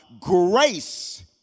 grace